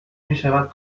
میشود